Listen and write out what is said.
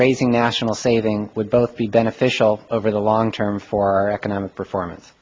raising national saving with both the beneficial over the long term for economic performance